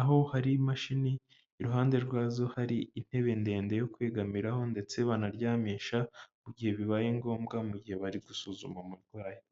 aho hari imashini, iruhande rwazo hari intebe ndende yo kwigamiraho ndetse banaryamisha mu gihe bibaye ngombwa, mu gihe bari gusuzuma umurwayi.